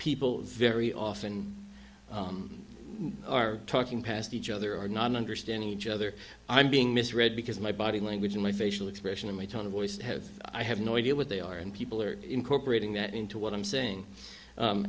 people very often are talking past each other or not understanding each other i'm being misread because my body language and my facial expression and my tone of voice have i have no idea what they are and people are incorporating that into what i'm saying